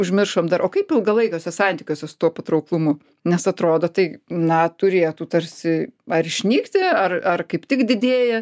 užmiršom dar o kaip ilgalaikiuose santykiuose su tuo patrauklumu nes atrodo tai na turėtų tarsi ar išnykti ar ar kaip tik didėja